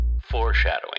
foreshadowing